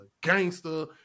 gangster